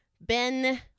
Ben